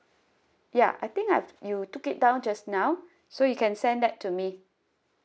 ya I think I've you took it down just now so you can send that to me